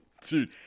dude